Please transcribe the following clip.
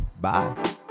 bye